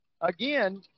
Again